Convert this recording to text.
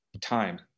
time